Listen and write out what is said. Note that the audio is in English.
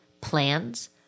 plans